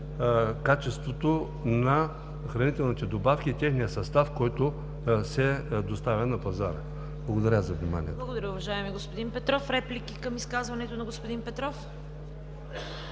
качеството на хранителните добавки и техния състав, който се доставя на пазара. Благодаря за вниманието. ПРЕДСЕДАТЕЛ ЦВЕТА КАРАЯНЧЕВА: Благодаря, уважаеми господин Петров. Реплики към изказването на господин Петров?